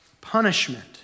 punishment